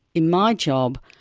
in my job,